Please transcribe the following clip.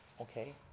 okay